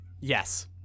Yes